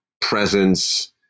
presence